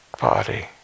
body